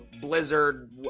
blizzard –